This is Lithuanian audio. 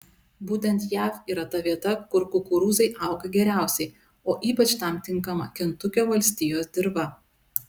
būtent jav yra ta vieta kur kukurūzai auga geriausiai o ypač tam tinkama kentukio valstijos dirva